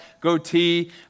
goatee